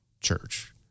church